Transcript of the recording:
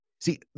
See